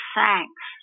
thanks